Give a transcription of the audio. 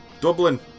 Dublin